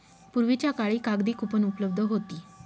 पूर्वीच्या काळी कागदी कूपन उपलब्ध होती